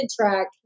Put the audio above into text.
track